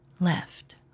left